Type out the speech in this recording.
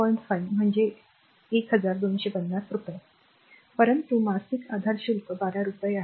5 म्हणजे 1250 रुपये परंतु मासिक आधार शुल्क 12 रुपये आहे